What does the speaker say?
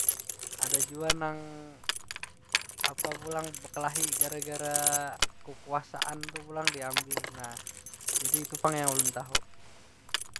Ada jua nang apa pulang, bekelahi gara- gara kekuasaan tu pulang diambil. Nah, jadi itu pang yang ulun tahu.